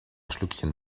schlückchen